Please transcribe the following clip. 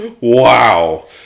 wow